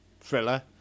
thriller